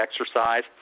exercise